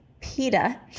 Peta